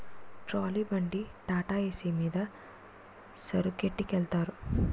trolley బండి టాటాఏసి మీద సరుకొట్టికెలతారు